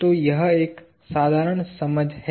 तो यह एक साधारण समझ है